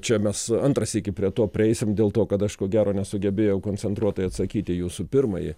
čia mes antrą sykį prie to prieisim dėl to kad aš ko gero nesugebėjau koncentruotai atsakyt į jūsų pirmąjį